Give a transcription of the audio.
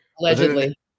allegedly